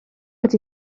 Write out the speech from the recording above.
ydy